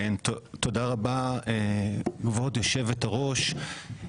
(הצגת מצגת) תודה רבה כבוד יושבת הראש,